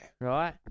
right